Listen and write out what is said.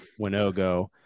Winogo